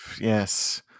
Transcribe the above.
Yes